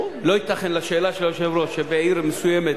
לא ייתכן, לשאלה של היושב-ראש, שבעיר מסוימת